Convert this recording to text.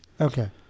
Okay